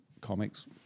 comics